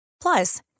Plus